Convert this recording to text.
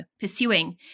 pursuing